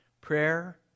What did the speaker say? Prayer